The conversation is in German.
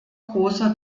großer